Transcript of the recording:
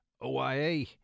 OIA